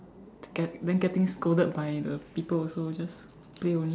get then getting scolded by the people also just play only